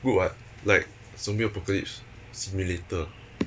good [what] like like zombie apocalypse simulator